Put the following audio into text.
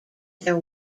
their